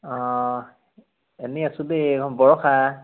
অ এনেই আছোঁ দেই বৰষা